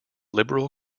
liberal